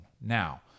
Now